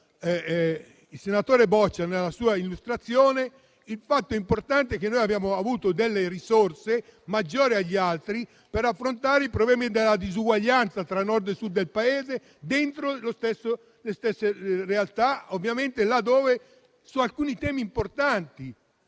il senatore Boccia nella sua illustrazione - noi abbiamo avuto risorse maggiori degli altri per affrontare i problemi della disuguaglianza tra Nord e Sud del Paese dentro le stesse realtà, ovviamente su alcuni temi importanti,